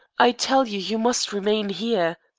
i tell you you must remain here.